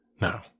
Now